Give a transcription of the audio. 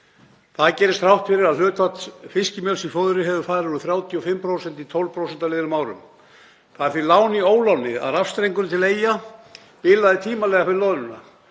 Það gerist þrátt fyrir að hlutfall fiskimjöls í fóðri hafi farið úr 35% í 12% á liðnum árum. Það er því lán í óláni að rafstrengur til Eyja bilaði tímanlega fyrir loðnuna